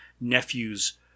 nephew's